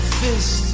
fist